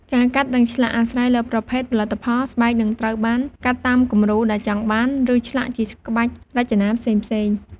ការកាត់ និងឆ្លាក់ អាស្រ័យលើប្រភេទផលិតផល ស្បែកនឹងត្រូវបានកាត់តាមគំរូដែលចង់បាន ឬឆ្លាក់ជាក្បាច់រចនាផ្សេងៗ។